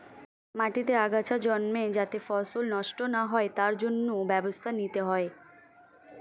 মাটিতে আগাছা জন্মে যাতে ফসল নষ্ট না হয় তার জন্য ব্যবস্থা নিতে হয়